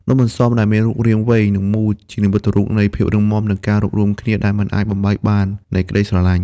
នំអន្សម ដែលមានរាងវែង និងមូល ជានិមិត្តរូបនៃភាពរឹងមាំ និងការរួបរួមគ្នាដែលមិនអាចបំបែកបាននៃសេចក្ដីស្រឡាញ់។